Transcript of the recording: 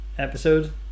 episode